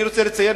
אני רוצה לציין,